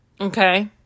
okay